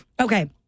Okay